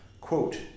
Quote